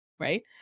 Right